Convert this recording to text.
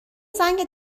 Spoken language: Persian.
زنگ